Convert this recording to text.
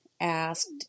asked